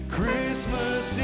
Christmas